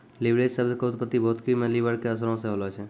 leverage शब्द के उत्पत्ति भौतिकी मे लिवर के असरो से होलो छै